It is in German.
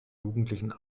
jugendlichen